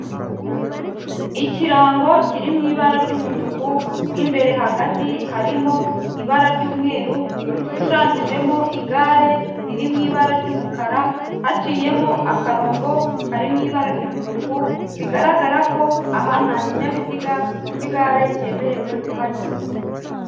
Ikirango kiri mu ibara ry'umutuku, mo imbere hagati harimo ibara ry'umweru rishushanyijemo igare riri mu ibara ry'umukara, haciyemo akarongo kari mu ibara ry'umutuku, bigaragara ko aha nta kinyabiziga cy'igare cyemerewe kuhanyura.